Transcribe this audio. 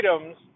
items